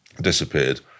disappeared